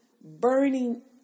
burning